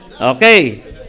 Okay